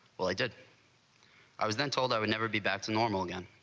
well, i did i was then told i would never be back to normal again.